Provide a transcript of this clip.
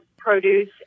produce